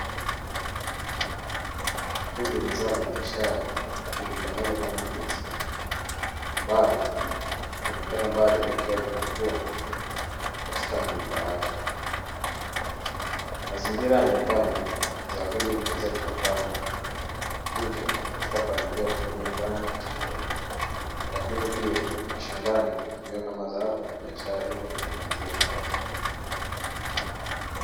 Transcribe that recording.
Hili ni zao la biashara lijulikanalo kama ndizi ambalo linaonekana bado likiwa linakua katika mgomba wake. Mazingira ya nyumbani zao hili linaweza likapandwa hivyo katika familia hutumia kama chakula lakini pia mashambani hutumia kama zao la biashara hivyo kujiingizia kipato.